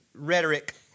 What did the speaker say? rhetoric